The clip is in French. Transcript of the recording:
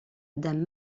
dame